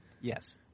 Yes